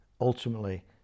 ultimately